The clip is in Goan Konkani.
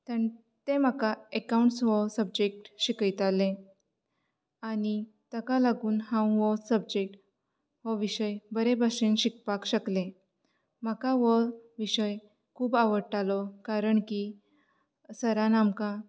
ताणें ते म्हाका ऍकांउट्स हो सबजॅक्ट शिकयताले आनी ताका लागून हांव हो सबजॅक्ट हो विशय बरें बशेन शिकपाक शकलें म्हाका हो विशय खूब आवडटालो कारण की सरान आमकां